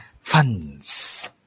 funds